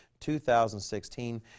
2016